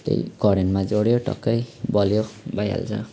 त्यही करेन्टमा जोड्यो टक्कै बल्यो भइहाल्छ